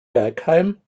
bergheim